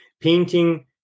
Painting